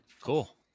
Cool